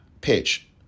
pitch